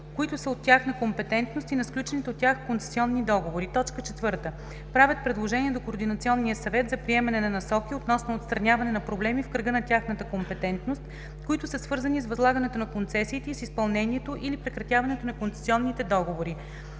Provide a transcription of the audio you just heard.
които са от тяхна компетентност, и на сключените от тях концесионни договори; 4. правят предложения до Координационния съвет за приемане на насоки относно отстраняване на проблеми в кръга на тяхната компетентност, които са свързани с възлагането на концесиите и с изпълнението или прекратяването на концесионните договори.